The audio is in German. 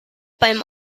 beim